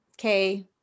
okay